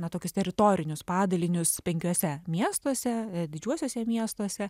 na tokius teritorinius padalinius penkiuose miestuose didžiuosiuose miestuose